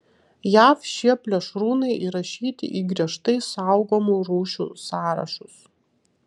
jav šie plėšrūnai įrašyti į griežtai saugomų rūšių sąrašus